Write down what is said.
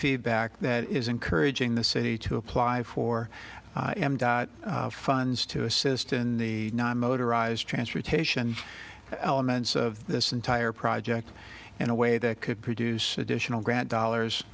feedback that is encouraging the city to apply for funds to assist in the non motorized transportation elements of this entire project in a way that could produce additional grant dollars